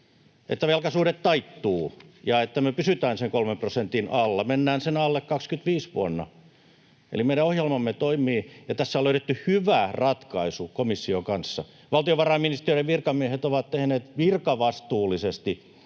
että velkasuhde taittuu ja että me pysytään sen kolmen prosentin alla, mennään sen alle 25 vuonna, eli meidän ohjelmamme toimii, ja tässä on löydetty hyvä ratkaisu komission kanssa. Valtiovarainministeriön virkamiehet ovat tehneet virkavastuullisesti